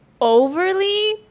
overly